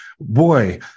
boy